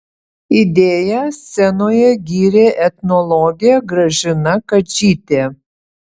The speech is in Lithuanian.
idėją scenoje gyrė etnologė gražina kadžytė